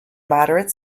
moderate